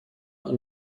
und